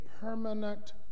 permanent